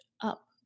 up